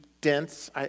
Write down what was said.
dense